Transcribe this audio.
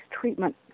treatment